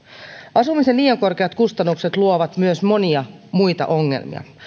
asumisen liian korkeat kustannukset luovat myös monia muita ongelmia